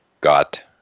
got